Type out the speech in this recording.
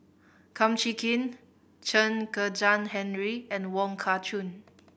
Kum Chee Kin Chen Kezhan Henri and Wong Kah Chun